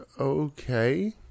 okay